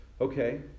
Okay